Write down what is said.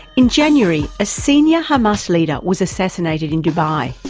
in january, a senior hamas leader was assassinated in dubai.